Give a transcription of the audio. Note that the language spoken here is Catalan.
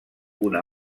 una